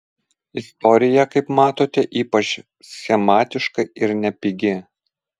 istorija kaip matote ypač schematiška ir nepigi